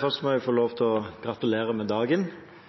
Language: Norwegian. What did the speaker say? Først må jeg få lov til å gratulere med dagen.